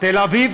תל אביב,